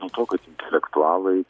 dėl to kad intelektualai